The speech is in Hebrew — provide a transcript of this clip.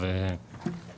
בגלל זה אני לא מגיעה,